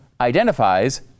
identifies